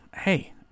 hey